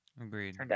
Agreed